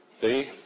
See